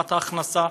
ברמת ההכנסה.